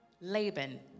Laban